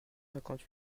cinquante